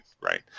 right